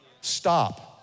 Stop